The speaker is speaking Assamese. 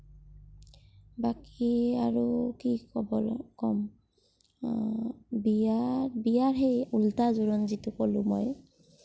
বাকী আৰু কি ক'ম বিয়া বিয়াৰ সেই ওলোটা জোৰোণ যিটো ক'লোঁ মই